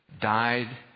died